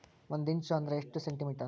ಒಂದಿಂಚು ಅಂದ್ರ ಎಷ್ಟು ಸೆಂಟಿಮೇಟರ್?